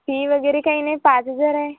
fee वगैरे काही नाही पाच हजार आहे